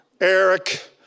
Eric